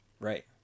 Right